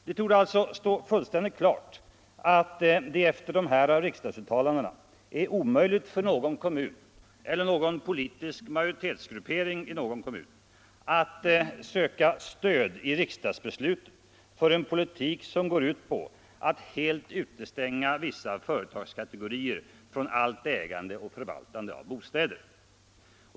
Det borde alltså stå fullständigt klart att det efter dessa riksdagsuttalanden är omöjligt för någon kommun -— eller politisk majoritetsgruppering i någon kommun =— att söka stöd i riksdagsbeslut för en politik som går ut på att helt utestänga vissa företagskategorier från allt ägande och förvaltande av bostäder.